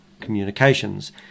Communications